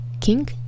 king